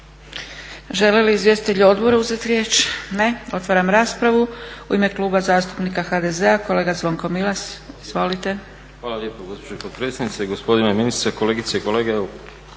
Žele li izvjestitelji odbora uzeti riječ? Ne. Otvaram raspravu. U ime Kluba zastupnika HDZ-a kolega Zvonko Milas. Izvolite. **Milas, Zvonko (HDZ)** Hvala lijepo gospođo potpredsjednice. Gospodine ministre, kolegice i kolege.